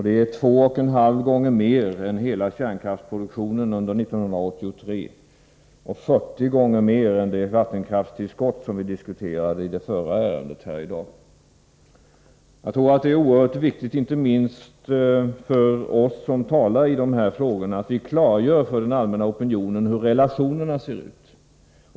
Det är två och en halv gånger mer än hela kärnkraftsproduktio nen under 1983 och 40 gånger mer än det vattenkraftstillskott som vi diskuterade i det förra ärendet i dag. Jag tror att det är oerhört viktigt, inte minst för oss som talar i dessa frågor, att klargöra för den allmänna opinionen hur relationerna ser ut.